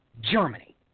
Germany